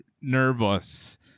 nervous